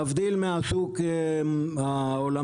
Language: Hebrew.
להבדיל מהשוק העולמי,